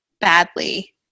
badly